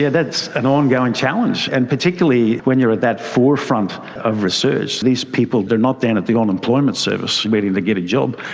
yeah that's an ongoing challenge. and particularly when you're at that forefront of research, these people, they're not down at the unemployment service waiting to get a job.